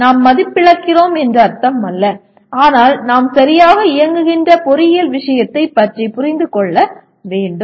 நாம் மதிப்பிழக்கிறோம் என்று அர்த்தமல்ல ஆனால் நாம் சரியாக இயங்குகின்ற பொறியியல் விஷயத்தைப் பற்றி புரிந்து கொள்ள வேண்டும்